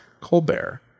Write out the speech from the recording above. Colbert